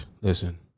listen